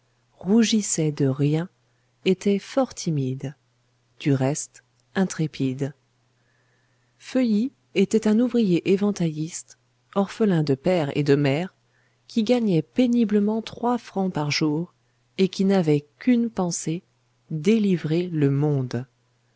rougissait de rien était fort timide du reste intrépide feuilly était un ouvrier éventailliste orphelin de père et de mère qui gagnait péniblement trois francs par jour et qui n'avait qu'une pensée délivrer le monde